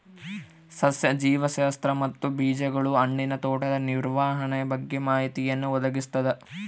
ಸಸ್ಯ ಜೀವಶಾಸ್ತ್ರ ಮತ್ತು ಬೀಜಗಳು ಹಣ್ಣಿನ ತೋಟದ ನಿರ್ವಹಣೆಯ ಬಗ್ಗೆ ಮಾಹಿತಿಯನ್ನು ಒದಗಿಸ್ತದ